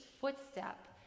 footstep